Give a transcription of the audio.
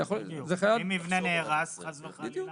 אם מבנה נהרס חס וחלילה?